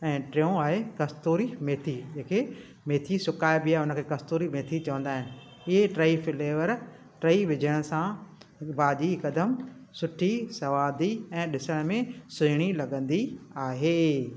ऐं टि यो आहे कस्तूरी मेथी जेके मेथी सुकाइबी आहे उनखे कस्तूरी मेथी चवंदा आहिनि इहे टेई फ्लेवर टेई विझण सां भाॼी हिकदमि सुठी स्वादी ऐं ॾिसण में सुहिणी लॻंदी आहे